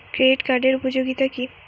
Credit কার্ডের উপযোগিতা কি?